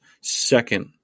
second